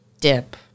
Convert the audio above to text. dip